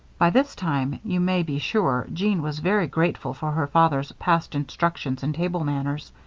by this time, you may be sure, jeanne was very grateful for her father's past instructions in table manners.